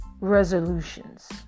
resolutions